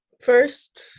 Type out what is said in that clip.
First